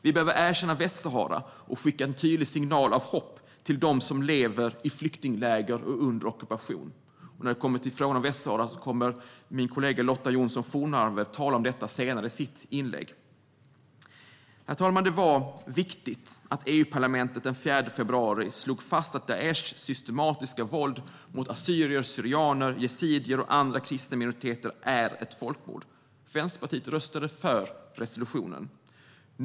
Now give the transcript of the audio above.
Vi behöver erkänna Västsahara och skicka en tydlig signal av hopp till dem som lever i flyktingläger och under ockupation. När det kommer till frågan om Västsahara kommer min kollega Lotta Johnsson Fornarve att tala om detta senare i sitt inlägg. Herr talman! Det var viktigt att EU-parlamentet den 4 februari slog fast att Daishs systematiska våld mot assyrier/syrianer, yazidier och andra kristna minoriteter är ett folkmord. Vänsterpartiet röstade för resolutionen.